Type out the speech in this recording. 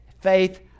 Faith